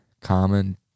common